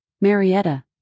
Marietta